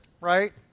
right